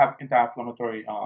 anti-inflammatory